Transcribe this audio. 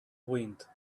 wind